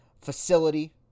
facility